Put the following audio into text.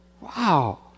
Wow